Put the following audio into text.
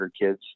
kids